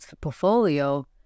portfolio